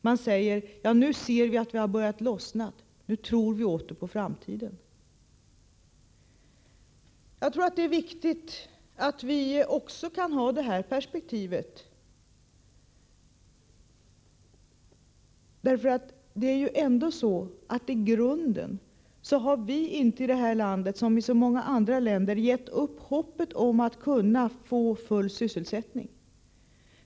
Människorna säger: Nu ser vi att det har börjat lossna. Nu tror vi åter på framtiden. Det är viktigt att vi kan ha också detta perspektiv. I grunden har ju inte vi här i Sverige, som människorna i så många andra länder, gett upp hoppet om att kunna få full sysselsättning.